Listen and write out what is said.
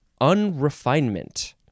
unrefinement